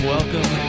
Welcome